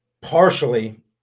partially